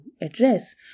address